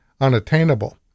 unattainable